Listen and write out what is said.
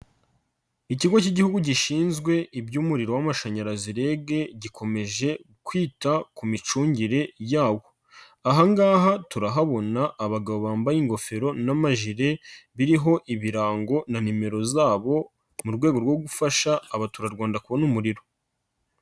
Ikigo k'igihugu gishinzwe iby'umuriro w'amashanyarazi REG, gikomeje kwita ku micungire yawo. Aha ngaha turahabona abagabo bambaye ingofero n'amajire, biriho ibirango na nimero zabo, mu rwego rwo gufasha abatura Rwanda kubona umuriro.